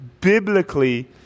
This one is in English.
biblically